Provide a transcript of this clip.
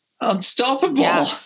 unstoppable